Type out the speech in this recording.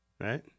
right